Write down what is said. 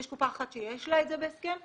יש קופה אחת שיש לה את זה בהסכם,